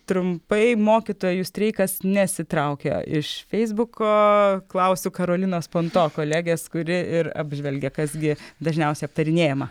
trumpai mokytojų streikas nesitraukia iš feisbuko klausiu karolinos ponto kolegės kuri ir apžvelgia kas gi dažniausiai aptarinėjama